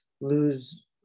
lose